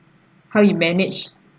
how you manage